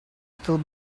still